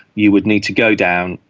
you would need to go down,